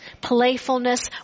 playfulness